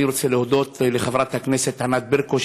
אני רוצה להודות לחברת הכנסת ענת ברקו,